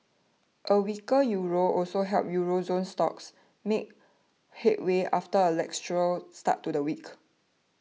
a weaker euro also helped euro zone stocks make headway after a lacklustre start to the week